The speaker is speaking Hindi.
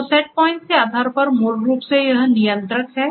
तो सेट पॉइंट्स के आधार पर मूल रूप से यह नियंत्रक है